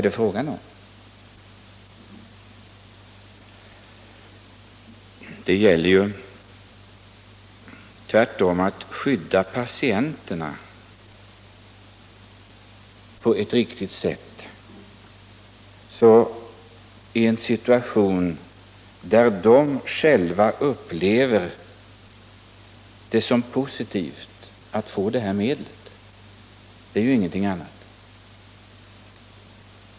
Nej, från vår sida gäller det tvärtom att skydda patienterna på ett riktigt sätt i en situation där de själva upplever det som positivt att få det här medlet. Det är ju ingenting annat.